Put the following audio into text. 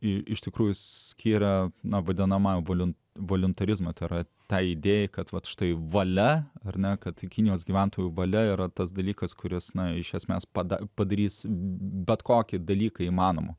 į iš tikrųjų skiria nuo vadinamojo voliun voliuntarizmo tai yra tą idėją kad vat štai valia ar ne kad kinijos gyventojų valia yra tas dalykas kuris na iš esmės pat padarys bet kokį dalyką įmanomu